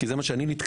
כי זה מה שאני נתקל,